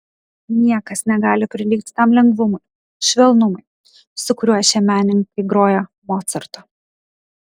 niekas negali prilygti tam lengvumui švelnumui su kuriuo šie menininkai groja mocartą